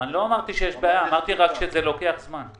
לא אמרתי שיש בעיה, אמרתי רק שזה לוקח זמן.